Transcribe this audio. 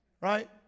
right